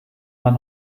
man